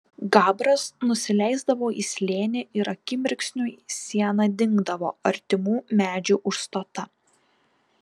gabras nusileisdavo į slėnį ir akimirksniui siena dingdavo artimų medžių užstota